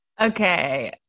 Okay